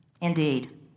Indeed